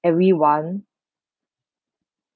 everyone